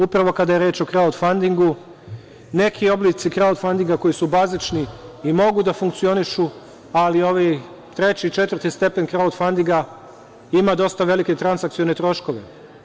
Upravo kada je reč o krautfunding, neki oblici krautfundinga, koji su bazični i mogu da funkcionišu, ali ovi treći, četvrti stepen krautfundinga, ima dosta velike transakcione troškove.